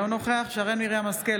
אינו נוכח שרן מרים השכל,